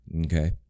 Okay